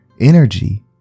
Energy